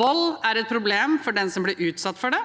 Vold er et problem for den som blir utsatt for det,